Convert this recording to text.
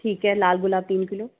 ठीक है लाल गुलाब तीन किलो